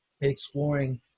exploring